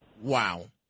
wow